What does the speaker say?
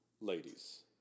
Ladies